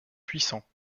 puissants